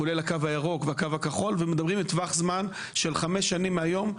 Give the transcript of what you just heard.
כולל הקו הירוק והקו הכחול ומדברים על טווח זמן של חמש שנים מהיום,